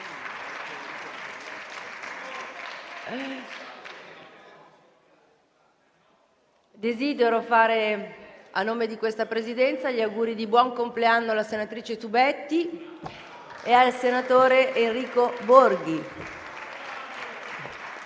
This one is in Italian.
desidero fare, a nome di questa Presidenza, gli auguri di buon compleanno alla senatrice Tubetti e al senatore Enrico Borghi.